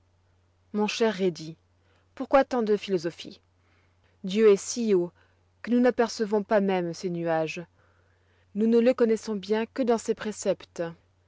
mon cher rhédi pourquoi tant de philosophie dieu est si haut que nous n'apercevons pas même ses nuages nous ne le connoissons bien que dans ses préceptes